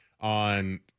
on